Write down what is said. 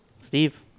Steve